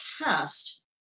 cast